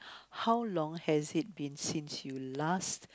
how long has it been since you last